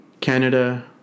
Canada